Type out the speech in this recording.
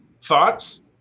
thoughts